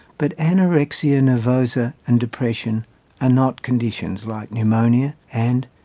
but anorexia nervosa and depression are not conditions like pneumonia and,